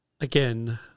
Again